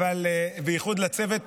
בייחוד לצוות